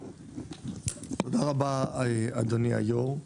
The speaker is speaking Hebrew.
תודה רבה, אדוני היו"ר.